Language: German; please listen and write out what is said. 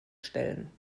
stellen